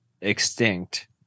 extinct